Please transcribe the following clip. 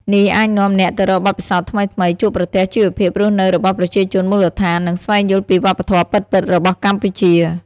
នេះអាចនាំអ្នកទៅរកបទពិសោធន៍ថ្មីៗ ជួបប្រទះជីវភាពរស់នៅរបស់ប្រជាជនមូលដ្ឋាន និងស្វែងយល់ពីវប្បធម៌ពិតៗរបស់កម្ពុជា។